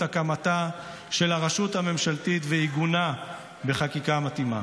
הקמתה של הרשות הממשלתית ועיגונה בחקיקה המתאימה: